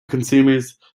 consumers